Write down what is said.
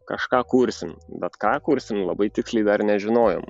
kažką kursim bet ką kursim labai tiksliai dar nežinojom